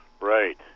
right